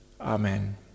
Amen